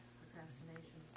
procrastination